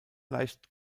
leicht